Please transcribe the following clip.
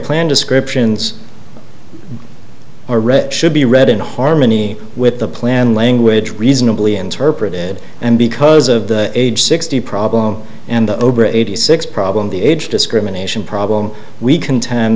plan descriptions are read should be read in harmony with the plan language reasonably interpreted and because of the age sixty problem and the over eighty six problem the age discrimination problem we c